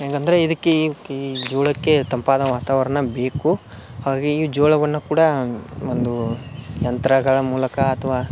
ಹೇಗಂದರೆ ಇದಕ್ಕೆ ಕ್ಕಿ ಜೋಳಕ್ಕೆ ತಂಪಾದ ವಾತಾವರಣ ಬೇಕು ಹಾಗಾಗಿ ಈ ಜೋಳವನ್ನು ಕೂಡ ಒಂದು ಯಂತ್ರಗಳ ಮೂಲಕ ಅಥವಾ